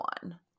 one